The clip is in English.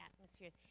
atmospheres